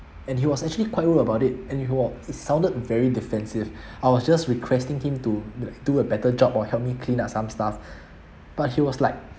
and he was actually quite rude about it and he was he sounded very defencive I was just requesting him to do a better job or help me clean up some stuff but he was like